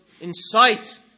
incite